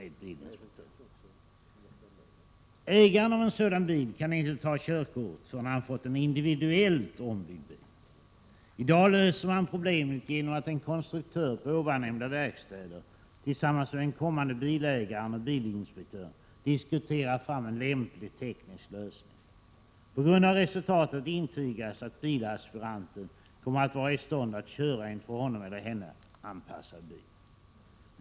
En ägare av en sådan bil kan inte ta körkort förrän han fått en individuellt ombyggd bil. I dag löser man problemet genom att en konstruktör på nämnda verkstäder tillsammans med en kommande bilägare och en bilinspektör diskuterar fram en lämplig teknisk lösning. På grundval av resultatet utfärdas ett intyg om att bilaspiranten kommer att vara i stånd att köra en för honom eller henne anpassad bil.